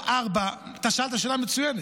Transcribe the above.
שאלת שאלה מצוינת,